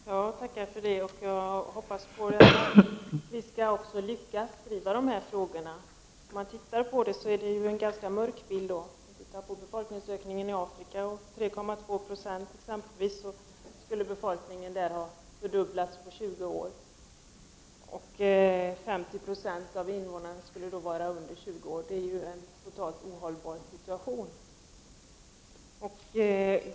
Fru talman! Jag tackar för det, och jag hoppas också att vi skall lyckas med att driva dessa frågor. Bilden är dock ganska mörk. Befolkningsökningen i exempelvis Afrika är 3,2 9, vilket betyder en fördubbling på 20 år. 50 960 av invånarna skulle då vara under 20 år. Det är en totalt ohållbar situation.